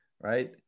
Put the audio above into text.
Right